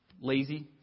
lazy